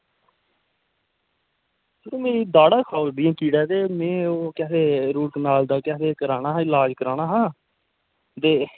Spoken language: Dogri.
यरो मेरी दाढ़ां खाई ओड़दियां कीड़े ते में ओह् केह् आक्खदे रूट कनाल दा लाज़ कराना हा ते